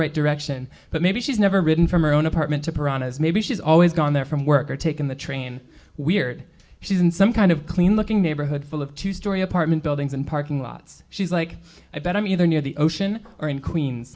right direction but maybe she's never ridden from her own apartment to puranas maybe she's always gone there from work or taken the train weird she's in some kind of clean looking neighborhood full of two story apartment buildings and parking lots she's like i bet i'm either near the ocean or in queens